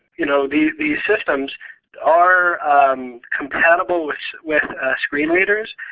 you know these these systems are compatible with with screen readers.